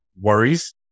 worries